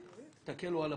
היושב-ראש.